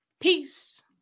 Peace